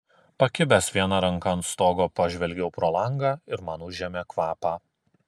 pakibęs viena ranka ant stogo pažvelgiau pro langą ir man užėmė kvapą